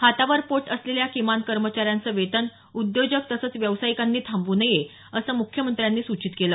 हातावर पोट असलेल्या किमान कर्मचाऱ्यांचं वेतन उद्योजक तसंच व्यावसायिकांनी थांबव् नये असं मुख्यमंत्र्यांनी सूचित केलं